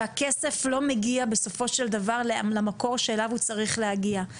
שהכסף לא מגיע בסופו של דבר למקום שאליו הוא צריך להגיע,